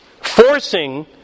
Forcing